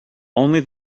only